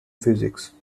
physics